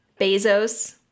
bezos